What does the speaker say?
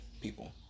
people